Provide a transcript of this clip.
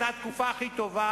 וזאת היתה התקופה הכי טובה,